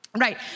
Right